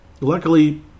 luckily